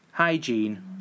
hygiene